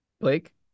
Blake